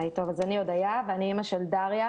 היי, טוב, אז אני הודיה ואני אמא של דריה.